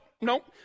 nope